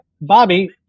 Bobby